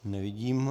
Nevidím.